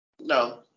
No